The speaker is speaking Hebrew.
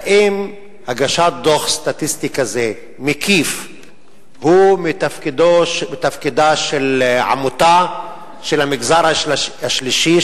האם הגשת דוח סטטיסטי מקיף כזה הוא מתפקידה של עמותה של המגזר השלישי,